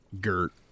gert